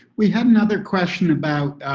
we have another question about